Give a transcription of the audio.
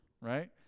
right